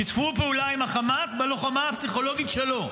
שיתפו פעולה עם החמאס בלוחמה פסיכולוגית שלו.